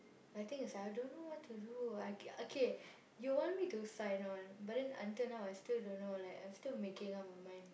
the thing is I don't know what to do I I okay you want me to sign on but then until now I still don't know like I'm still making up with my mind